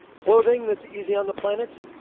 clothing that's easy on the planet?